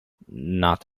not